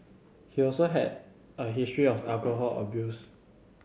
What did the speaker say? he also had a history of alcohol abuse